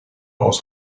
aus